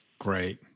Great